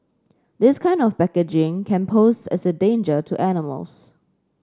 this kind of packaging can pose as a danger to animals